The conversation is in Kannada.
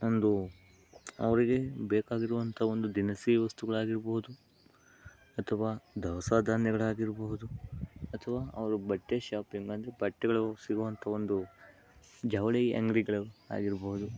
ಒಂದು ಅವರಿಗೆ ಬೇಕಾಗಿರುವಂಥ ಒಂದು ದಿನಸಿ ವಸ್ತುಗಳಾಗಿರ್ಬೋದು ಅಥವಾ ದವಸ ಧಾನ್ಯಗಳಾಗಿರ್ಬಹುದು ಅಥವಾ ಅವ್ರ ಬಟ್ಟೆ ಶಾಪ್ ಏನಾದರೂ ಬಟ್ಟೆಗಳು ಸಿಗುವಂಥ ಒಂದು ಜವಳಿ ಅಂಗಡಿಗಳು ಆಗಿರ್ಬೋದು